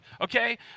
okay